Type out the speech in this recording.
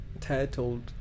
titled